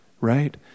right